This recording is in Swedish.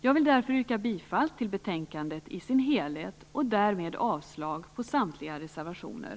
Jag vill därför yrka bifall till hemställan i betänkandet i dess helhet och därmed avslag på samtliga reservationer.